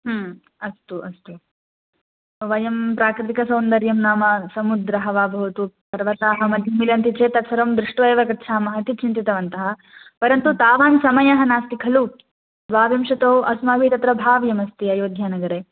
अस्तु अस्तु वयं प्राकृतिकसौन्दर्यं नाम समुद्रः वा भवतु पर्वतानां मध्ये मिलन्ति चेत् तत्सर्वं दृष्ट्वा एव गच्छामः इति चिन्तितवन्तः परन्तु तावान् समयः नास्ति खलु द्वाविंशतौ अस्माभिः तत्र भाव्यमस्ति अयोध्यानगरे